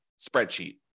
spreadsheet